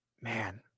Man